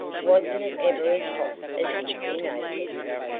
wasn't it ever as hot as this in apex?